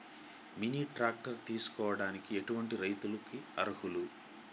Mini tractor తీసుకోవడానికి ఎటువంటి రైతులకి అర్హులు?